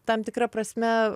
tam tikra prasme